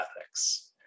ethics